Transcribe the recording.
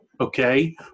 okay